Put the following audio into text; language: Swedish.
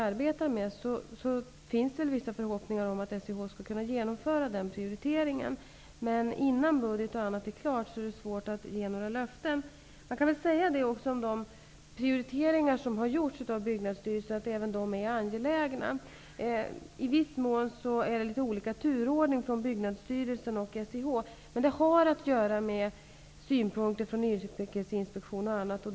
Det finns vissa förhoppningar om att SIH skall kunna genomföra prioriteringen inom de ramar som vi arbetar med. Men innan budget och annat är klart är det svårt att ge några löften. Även de prioriteringar som Byggnadsstyrelsen har gjort är angelägna. I viss mån är det litet olika turordning hos Byggnadsstyrelsen och hos SIH. Det har att göra med synpunkter från yrkesinspektion och annat.